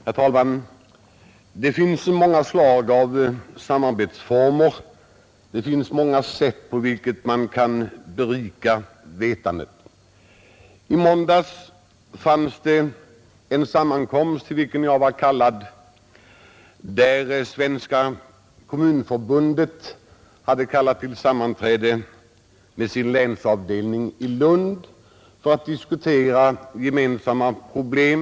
Herr talman! Det finns många slag av samarbetsformer, det finns många sätt på vilka man kan berika sitt vetande. I måndags hade Svenska kommunförbundet kallat till sammanträde med sin länsavdelning i Lund för att diskutera gemensamma problem.